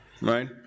right